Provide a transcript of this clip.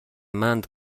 مند